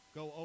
go